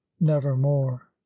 nevermore